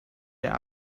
der